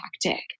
tactic